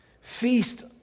Feast